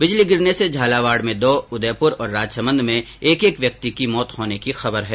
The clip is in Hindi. बिजली गिरने से झालावाड में दो उदयपुर और राजसमन्द में एक एक व्यक्ति की मौत होने की खबर है